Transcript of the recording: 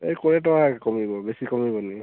ଏଇ କୋଡ଼ିଏ ଟଙ୍କା ଏକା କମିବ ବେଶୀ କମିବନି